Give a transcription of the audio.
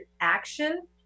action